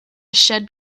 shed